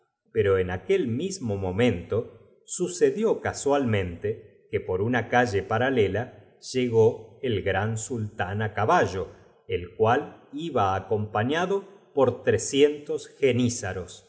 pero en aquel mismo momento sucedió casualme nte que por una calle paralela llegó el gran sultán á caballo el cual iba acompaii ado por